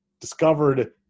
discovered